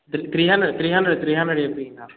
three hundred three hundred three hundred చెప్పు ఇంక